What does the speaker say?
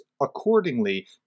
accordingly